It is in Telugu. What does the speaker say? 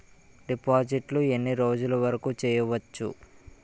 డిపాజిట్లు ఎన్ని రోజులు వరుకు చెయ్యవచ్చు?